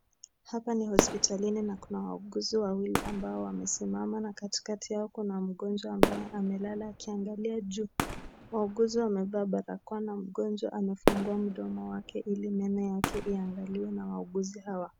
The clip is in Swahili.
Hapa ni hospitalini na kuna wauguzi wawili ambao wamesimama na katikati yao kuna mgonjwa ambaye amelala akiangalia juu. Wauguzi wamevaa barakoa na mgonjwa amefungua mdomo wake ili meno yake iangaliwe na wauguzi hawa.